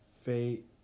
fate